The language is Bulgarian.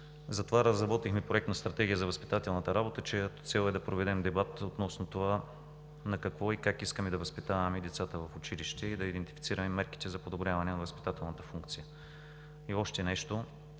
Затова разработихме Проектна стратегия за възпитателната работа, чиято цел е да проведем дебат относно това на какво и как искаме да възпитаваме децата в училище и да идентифицираме мерките за подобряване на възпитателната функция. И още нещо,